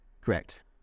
Correct